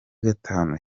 gatanu